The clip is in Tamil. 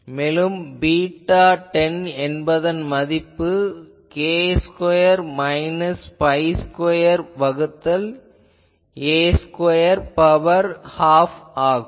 மேலும் β10 என்பதன் மதிப்பு k square minus pi square வகுத்தல் 'a' ஸ்கொயர் பவர் அரை ஆகும்